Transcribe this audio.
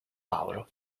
paolo